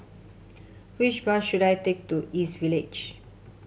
which bus should I take to East Village